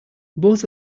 both